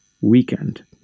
weekend